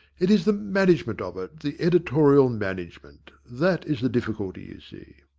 it is the management of it the editorial management that is the difficulty, you see.